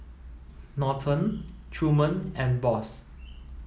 Norton Truman and Boss